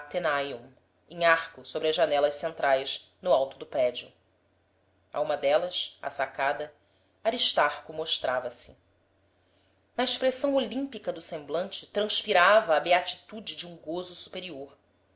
athenum em arco sobre as janelas centrais no alto do prédio a uma delas à sacada aristarco mostrava-se na expressão olímpica do semblante transpirava a beatitude de um gozo superior